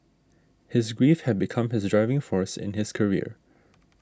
his grief had become his driving force in his career